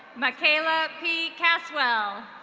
makayla p casswell.